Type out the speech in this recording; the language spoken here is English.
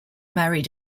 married